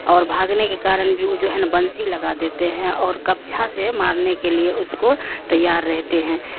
اور بھاگنے کے کارن بھی جو ہے بنسی لگا دیتے ہیں اور کپچھا سے مارنے کے لیے اس کو تیار رہتے ہیں